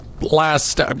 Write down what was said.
Last